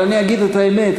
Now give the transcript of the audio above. אבל אני אגיד את האמת.